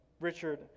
Richard